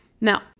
Now